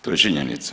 To je činjenica.